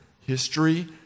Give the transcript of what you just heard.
History